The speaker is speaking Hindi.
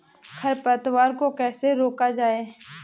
खरपतवार को कैसे रोका जाए?